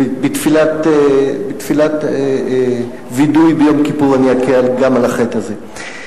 בתפילת וידוי ביום כיפור אני אכה גם על החטא הזה.